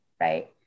Right